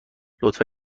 لطفا